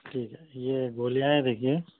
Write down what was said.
ٹھیک ہے یہ گولیاں ہیں دیکھیے